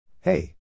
Hey